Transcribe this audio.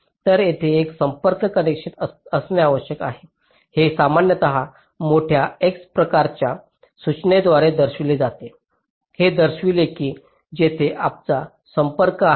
तर येथे एक संपर्क कनेक्शन असणे आवश्यक आहे हे सामान्यत मोठ्या x प्रकाराच्या सूचनेद्वारे दर्शविले जाते जे दर्शविते की येथे आमचा संपर्क आहे